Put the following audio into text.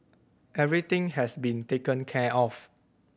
everything has been taken care of